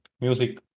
music